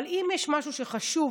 אבל אם יש משהו שחשוב,